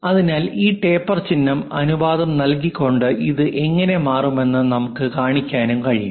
അതിനാൽ ഈ ടേപ്പർ ചിഹ്ന അനുപാതം നൽകിക്കൊണ്ട് ഇത് എങ്ങനെ മാറുമെന്ന് നമുക്ക് കാണിക്കാനും കഴിയും